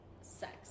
Sex